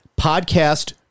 podcast